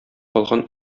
калган